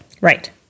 Right